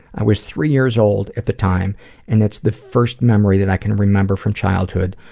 i was three years old at the time and it's the first memory that i can remember from childhood,